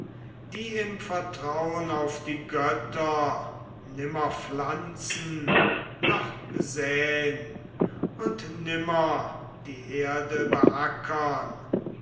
die im vertraun auf die götter nimmer pflanzen noch sä'n und nimmer die erde